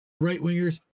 right-wingers